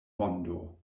mondo